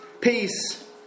peace